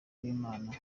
b’imana